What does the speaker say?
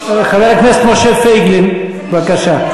חבר הכנסת משה פייגלין, בבקשה.